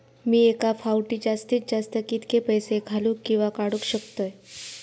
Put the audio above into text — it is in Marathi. मी एका फाउटी जास्तीत जास्त कितके पैसे घालूक किवा काडूक शकतय?